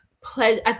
pleasure